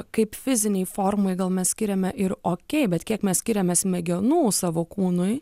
kaip fizinei formai gal mes skiriame ir okei bet kiek mes skiriame smegenų savo kūnui